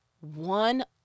One